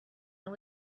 and